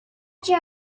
بچه